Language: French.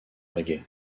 reggae